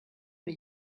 mir